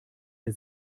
der